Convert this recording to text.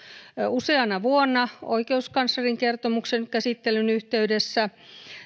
useana vuonna oikeuskanslerin kertomuksen käsittelyn yhteydessä